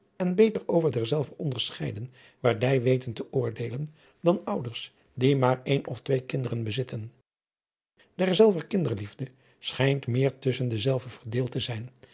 en beter over derzelver onderscheiden waardij weten te oordeelen dan ouders die maar een of twee kinderen bezitten derzelver kinderliefde schijnt meer tusschen dezelve verdeeld te zijn